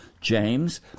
James